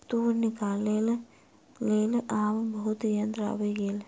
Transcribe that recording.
तूर निकालैक लेल आब बहुत यंत्र आइब गेल